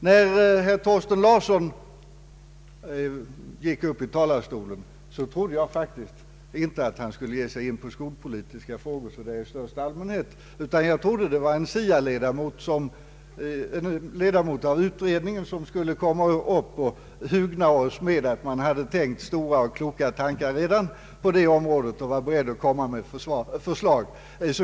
När herr Thorsten Larsson gick upp i talarstolen trodde jag inte att han skulle ge sig in på skolpolitiska frågor i största allmänhet, utan jag trodde att det var en SIA-ledamot, som skulle hugna oss med att man redan tänkt stora och kloka tankar och var beredd att komma med förslag.